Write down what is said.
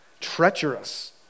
treacherous